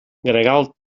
gregal